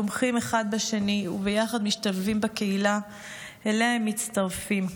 תומכים אחד בשני וביחד משתלבים בקהילה שאליה הם מצטרפים.